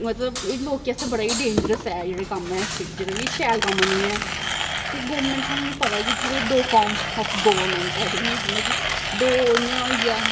मतलब एह् लोकें आस्तै बड़ा डेंजरस ऐ जेह्ड़ा कम्म ऐ जेह्ड़ा बी शैल कम्म नी ऐ ते गौरमेंट स पता कि साढ़े दो फार्म आऑफ गौरमेंट ऐक जियां कि दो इयां होई गेआ